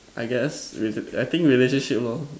I guess rela~ I think relationship lor